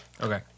Okay